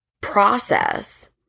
process